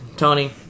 Tony